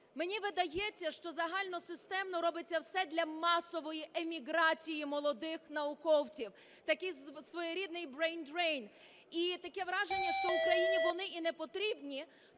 Мені видається, що загальносистемно робиться все для масової еміграції молодих науковців, такий своєрідний brain drain. І таке враження, що Україні вони і не потрібні,